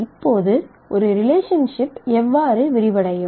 இப்போது ஒரு ரிலேஷன்ஷிப் எவ்வாறு விரிவடையும்